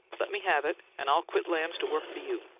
let me have it and i'll quit lamb's to work for you.